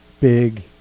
big